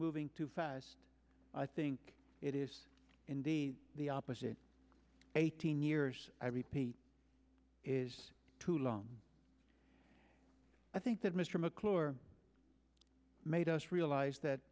moving too fast i think it is indeed the opposite eighteen years i repeat is too long i think that mr mcclure made us realize that